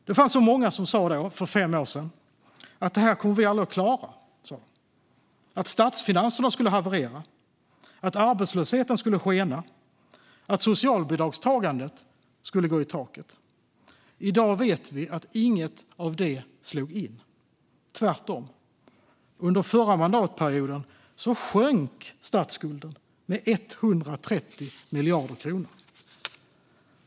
Det var många som sa då, för fem år sedan, att vi aldrig skulle klara detta, att statsfinanserna skulle haverera, att arbetslösheten skulle skena och att socialbidragstagandet skulle gå i taket. I dag vet vi att inget av det slog in. Tvärtom sjönk statsskulden under förra mandatperioden med 130 miljarder kronor.